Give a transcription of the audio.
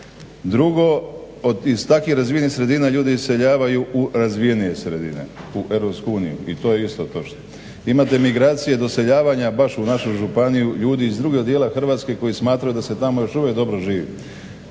Drugo iz takvih razvijenih sredina ljudi iseljavaju u razvijenije sredine, u Europsku uniju i to je isto točno. Imate migracije, doseljavanja baš u našu županiju ljudi iz drugog dijela Hrvatske koji smatraju da se tamo još uvijek dobro živi.